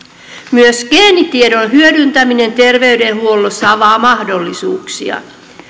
myös geenitiedon hyödyntäminen terveydenhuollossa avaa mahdollisuuksia